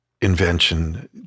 invention